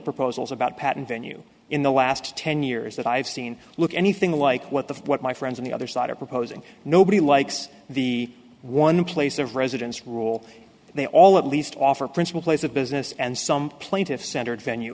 proposals about patent venue in the last ten years that i've seen look anything like what the what my friends on the other side are proposing nobody likes the one place of residence rule they all at least offer a principal place of business and some plaintiffs centered venue